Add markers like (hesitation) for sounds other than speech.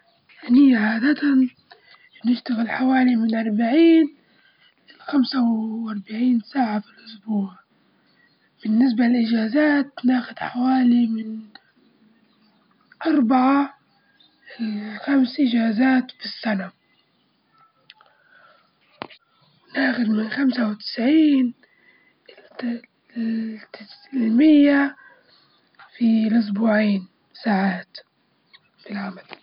أني (unintelligible) النقال ديما نتفقد فيه من عشرين لتلاتين مرة في اليوم، وخاصة ع الإشارات والتطبيقات، وعلى الرنات وعلى السوشيال ميديا عامة (hesitation) بنجعد عليه واجدو ع الإشعارات يجيني أي إشعار بنتفقد في ذاته علطول.